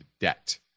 debt